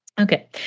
Okay